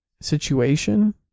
situation